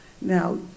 Now